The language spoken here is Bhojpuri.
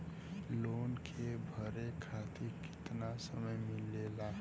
लोन के भरे खातिर कितना समय मिलेला?